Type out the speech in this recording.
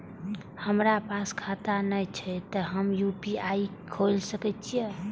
हमरा पास खाता ने छे ते हम यू.पी.आई खोल सके छिए?